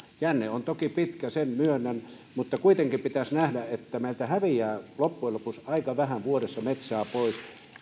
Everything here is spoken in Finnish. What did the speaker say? jänne on toki pitkä sen myönnän mutta kuitenkin pitäisi nähdä että meiltä häviää loppujen lopuksi vuodessa aika vähän metsää pois